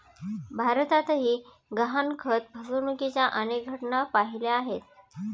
भारतातही गहाणखत फसवणुकीच्या अनेक घटना पाहिल्या आहेत